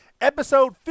episode